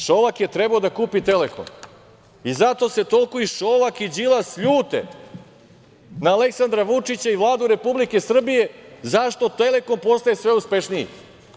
Šolak je trebao da kupi „Telekom“ i zato se toliko i Šolak i Đilas ljute na Aleksandra Vučića i Vladu Republike Srbije zašto „Telekom“ postaje sve uspešniji.